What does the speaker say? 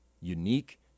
unique